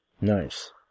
Nice